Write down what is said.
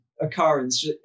occurrence